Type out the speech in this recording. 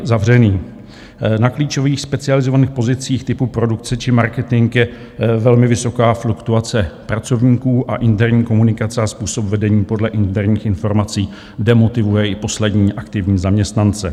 Na klíčových specializovaných pozicích typu produkce či marketing je velmi vysoká fluktuace pracovníků a interní komunikace a způsob vedení podle interních informací demotivuje i poslední aktivní zaměstnance.